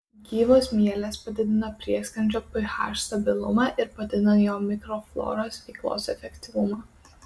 gyvos mielės padidina prieskrandžio ph stabilumą ir padidina jo mikrofloros veiklos efektyvumą